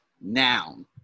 noun